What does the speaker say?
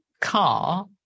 car